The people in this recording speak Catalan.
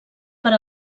per